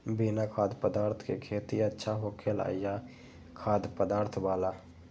बिना खाद्य पदार्थ के खेती अच्छा होखेला या खाद्य पदार्थ वाला?